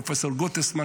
עם פרופ' גוטסמן,